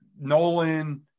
Nolan